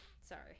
Sorry